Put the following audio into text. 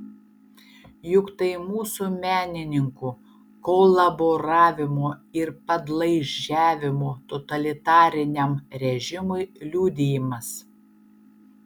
juk tai mūsų menininkų kolaboravimo ir padlaižiavimo totalitariniam režimui liudijimas